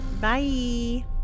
Bye